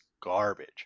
garbage